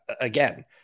again